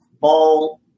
ball